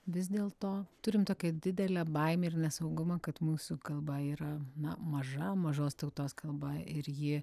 vis dėlto turim tokią didelę baimę ir nesaugumą kad mūsų kalba yra na maža mažos tautos kalba ir ji